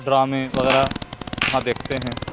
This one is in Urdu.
ڈرامے وغیرہ وہاں دیکھتے ہیں